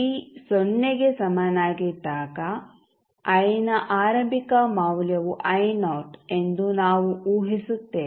T ಸೊನ್ನೆಗೆ ಸಮನಾಗಿದ್ದಾಗ I ನ ಆರಂಭಿಕ ಮೌಲ್ಯವು ಎಂದು ನಾವು ಊಹಿಸುತ್ತೇವೆ